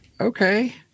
Okay